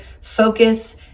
focus